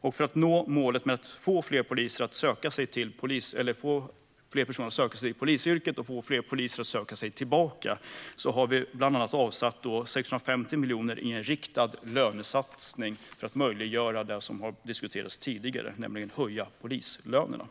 Och för att nå målet att fler ska söka sig till polisyrket och att fler poliser ska söka sig tillbaka avsätter vi bland annat 650 miljoner i en riktad lönesatsning, för att möjliggöra det som har diskuterats tidigare, nämligen att höja polislönerna.